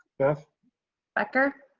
beth becker?